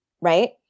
right